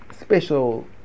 special